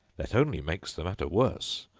that only makes the matter worse.